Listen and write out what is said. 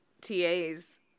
TAs